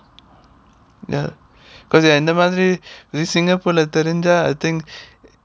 ah ya கொஞ்சம் இந்த மாதிரி இது:konjam intha maathiri ithu singapore leh தெரிஞ்சா:terinchaa then I think